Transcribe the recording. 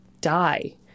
die